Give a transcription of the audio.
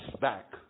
back